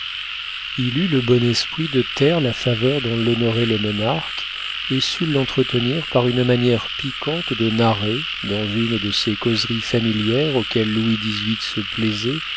il eut le bon esprit de taire la faveur dont l'honorait le monarque et sut l'entretenir par une manière piquante de narrer dans une de ces causeries familières auxquelles louis xviii se plaisait